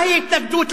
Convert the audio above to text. מה היא התנגדות לכיבוש?